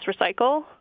recycle